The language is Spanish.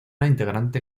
integrante